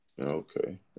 Okay